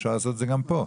אפשר לעשות את זה גם כאן.